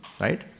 right